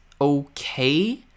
okay